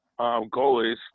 goalies